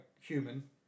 human